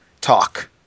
talk